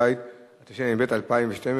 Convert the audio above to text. בבקשה,